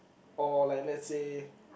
or like let's say